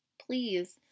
Please